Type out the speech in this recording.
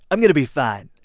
i'm going to be fine.